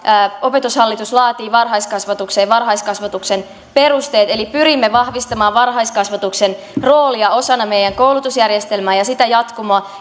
opetushallitus laatii varhaiskasvatukseen varhaiskasvatuksen perusteet eli pyrimme vahvistamaan varhaiskasvatuksen roolia osana meidän koulutusjärjestelmää ja sitä jatkumoa